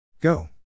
Go